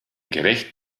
gerecht